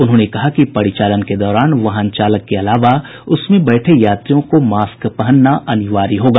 उन्होंने कहा कि परिचालन के दौरान वाहन चालक के अलावा उसमें बैठे यात्रियों को मास्क पहनना अनिवार्य होगा